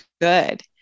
good